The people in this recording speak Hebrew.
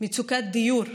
מצוקת דיור,